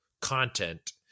content